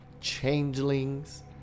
changelings